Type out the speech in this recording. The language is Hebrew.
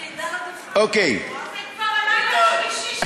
זה כבר הלילה השלישי שהוא